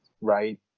right